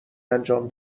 انجام